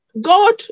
God